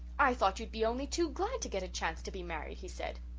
i thought you'd be only too glad to get a chance to be married he said.